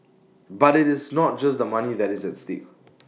but IT is not just the money that is at stake